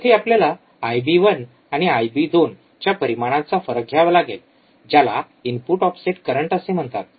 येथे आपल्याला आयबी १ आणि आयबी २ च्या परिमाणांचा फरक घ्यावा लागेल ज्याला इनपुट ऑफसेट करंट असे म्हणतात